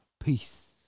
Peace